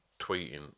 tweeting